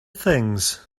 things